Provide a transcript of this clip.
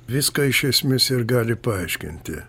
viską iš esmės ir gali paaiškinti